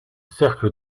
cercle